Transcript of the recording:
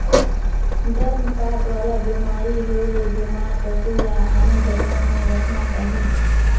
गरभपात वाला बेमारी होयले बेमार पसु ल आने जघा में रखना चाही